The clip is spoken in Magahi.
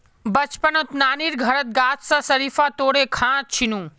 बचपनत नानीर घरत गाछ स शरीफा तोड़े खा छिनु